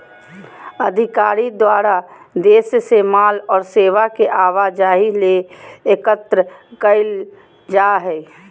अधिकारी द्वारा देश से माल और सेवा के आवाजाही ले एकत्र कइल जा हइ